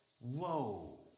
Whoa